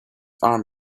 arm